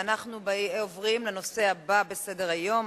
ואנחנו עוברים לנושא הבא בסדר-היום: